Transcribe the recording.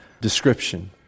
description